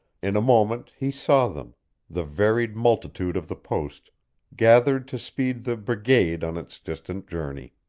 in a moment he saw them the varied multitude of the post gathered to speed the brigade on its distant journey.